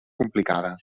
complicada